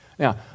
Now